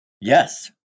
Yes